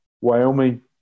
Wyoming